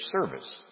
service